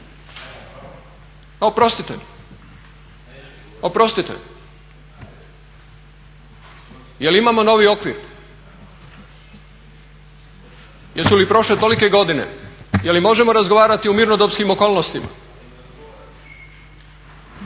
Oprostite, oprostite. Jel imamo novi okvir? Jesu li prošle toliko godine? Je li možemo razgovarati u mirnodopskim okolnostima?